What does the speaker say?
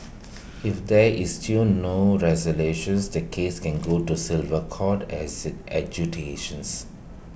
if there is still no resolutions the case can go to sliver court as